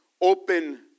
open